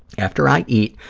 after i eat,